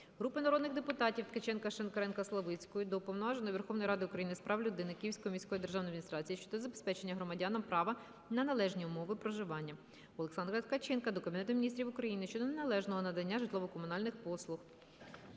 Групи народних депутатів (Ткаченка, Шинкаренка, Славицької) до Уповноваженого Верховної Ради України з прав людини, Київської міської державної адміністрації щодо забезпечення громадянам права на належні умови проживання. Олександра Ткаченка до Кабінету Міністрів України щодо неналежного надання житлового-комунальних послуг.